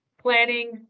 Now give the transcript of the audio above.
planning